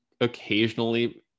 occasionally